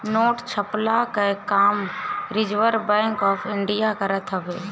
note छ्पला कअ काम रिजर्व बैंक ऑफ़ इंडिया करत बाटे